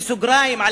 בסוגריים,